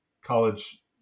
college